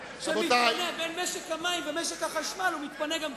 בין משק המים ומשק החשמל הוא מתפנה גם קצת,